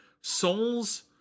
souls